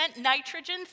nitrogen